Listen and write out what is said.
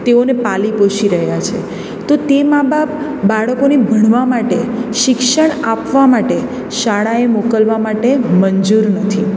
તેઓને પાલી પોષી રહ્યાં છે તો તે મા બાપ બાળકોને ભણવા માટે શિક્ષણ આપવા માટે શાળાએ મોકલવા માટે મંજૂર નથી